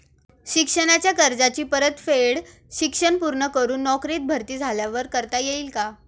शिक्षणाच्या कर्जाची परतफेड शिक्षण पूर्ण करून नोकरीत भरती झाल्यावर करता येईल काय?